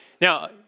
Now